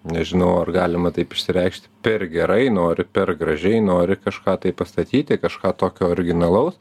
nežinau ar galima taip išsireikšti per gerai nori per gražiai nori kažką tai pastatyti kažką tokio originalaus